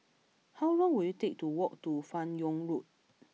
how long will it take to walk to Fan Yoong Road